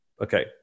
Okay